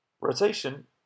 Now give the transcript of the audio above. rotation